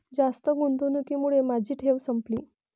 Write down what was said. जास्त गुंतवणुकीमुळे माझी ठेव संपली